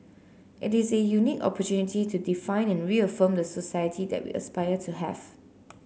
it is a unique opportunity to define and reaffirm the society that we aspire to have